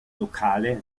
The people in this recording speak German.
lokale